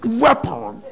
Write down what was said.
weapon